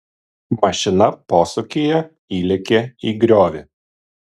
mašina posūkyje įlėkė į griovį